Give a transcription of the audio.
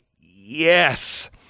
Yes